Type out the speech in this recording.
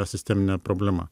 sistemine problema